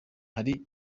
bari